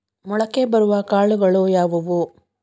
ಮೊಳಕೆ ಬರುವ ಕಾಳುಗಳು ಯಾವುವು?